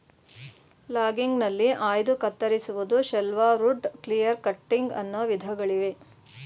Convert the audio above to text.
ಲಾಗಿಂಗ್ಗ್ನಲ್ಲಿ ಆಯ್ದು ಕತ್ತರಿಸುವುದು, shelterwood, clear cutting ಅನ್ನೋ ವಿಧಗಳಿವೆ